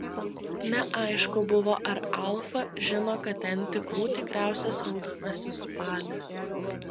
neaišku buvo ar alfa žino kad ten tikrų tikriausias raudonasis spalis